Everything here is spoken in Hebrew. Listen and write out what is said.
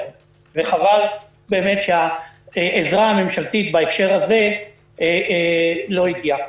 וחבל שהעזרה הממשלתית בהקשר הזה לא הגיעה.